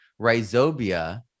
rhizobia